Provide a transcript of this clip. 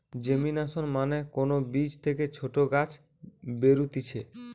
germination মানে কোন বীজ থেকে ছোট গাছ বেরুতিছে